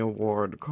Award